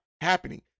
happening